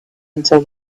until